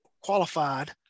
qualified